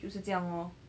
就是这样 lor